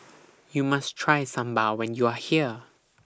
YOU must Try Sambar when YOU Are here